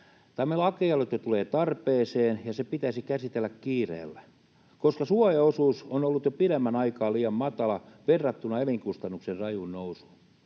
Tämä lakialoite tulee tarpeeseen, ja se pitäisi käsitellä kiireellä, koska suojaosuus on ollut jo pidemmän aikaa liian matala verrattuna elinkustannuksien rajuun nousuun.